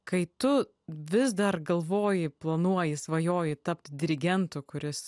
kai tu vis dar galvoji planuoji svajoji tapt dirigentu kuris